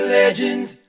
legends